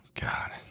God